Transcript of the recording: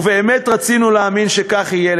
ובאמת רצינו להאמין שכך יהיה.